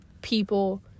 people